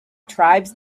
tribes